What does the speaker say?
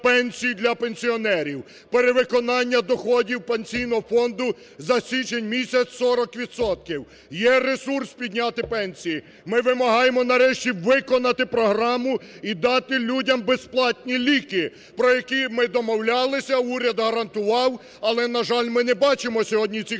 Пенсійного фонду за січень місяць 40 відсотків, є ресурс підняти пенсії. Ми вимагаємо нарешті виконати програму і дати людям безплатні ліки, про які ми домовлялися, уряд гарантував, але, на жаль, ми не бачимо сьогодні цих